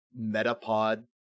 metapod